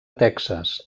texas